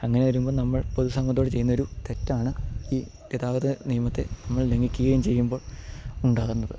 അങ്ങനെ വരുമ്പോള് നമ്മൾ പൊതു സമൂഹത്തോടു ചെയ്യുന്നൊരു തെറ്റാണ് ഈ ഗതാഗത നിയമത്തെ നമ്മൾ ലംഘിക്കുകയും ചെയ്യുമ്പോള് ഉണ്ടാകുന്നത്